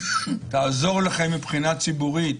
יעזור לכם מבחינה ציבורית,